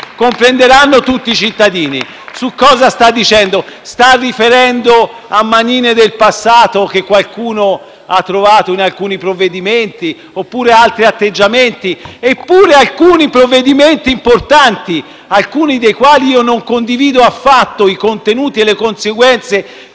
comprenderanno tutti i cittadini cosa sta dicendo. Si sta riferendo a manine del passato, che qualcuno ha trovato in alcuni provvedimenti, oppure ad altri atteggiamenti? Eppure, per alcuni provvedimenti importanti, alcuni dei quali non condivido affatto, nei contenuti e nelle conseguenze